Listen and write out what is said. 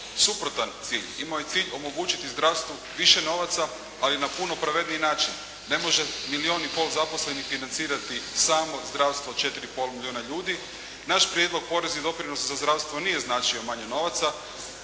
suprotan cilj. Imao je cilj omogućiti zdravstvu više novaca ali na puno pravedniji način. Ne može milijun i pol zaposlenih financirati samo zdravstvo 4 i pol milijuna ljudi. Naš prijedlog poreznih doprinosa za zdravstvo nije značio manje novaca.